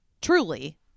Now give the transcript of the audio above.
truly